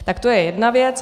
Tak to je jedna věc.